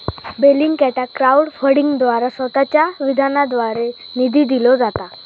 बेलिंगकॅटाक क्राउड फंडिंगद्वारा स्वतःच्या विधानाद्वारे निधी दिलो जाता